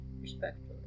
Respectfully